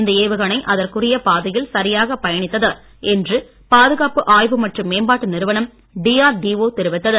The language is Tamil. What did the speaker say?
இந்த ஏவுகணை அதற்குரிய பாதையில் சரியாக பயனித்தது என்று பாதுகாப்பு ஆய்வு மற்றும் மேம்பாட்டு நிறுவனம் டிஆர்டிஓ தெரிவித்தது